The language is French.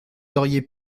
auriez